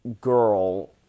girl